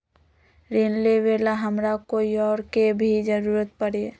ऋन लेबेला हमरा कोई और के भी जरूरत परी?